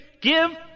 give